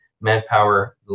manpower